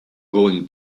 going